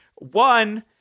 One